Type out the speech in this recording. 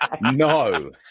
No